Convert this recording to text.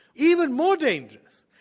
even more dangerous,